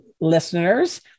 listeners